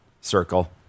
circle